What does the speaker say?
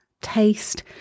taste